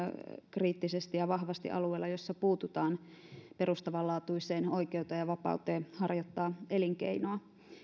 kriittisesti ja vahvasti alueella jossa puututaan perustavanlaatuiseen oikeuteen ja vapauteen harjoittaa elinkeinoa